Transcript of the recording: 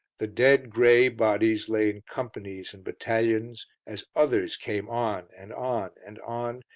the dead grey bodies lay in companies and battalions, as others came on and on and on,